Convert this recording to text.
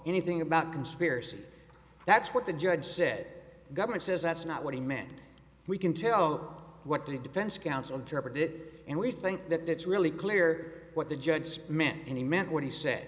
anything about conspiracy that's what the judge said the government says that's not what he meant we can tell what the defense counsel driver did and we think that it's really clear what the judge meant and he meant what he said